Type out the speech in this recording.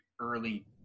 early